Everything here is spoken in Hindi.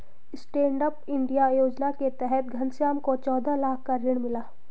स्टैंडअप इंडिया योजना के तहत घनश्याम को चौदह लाख का ऋण मिला है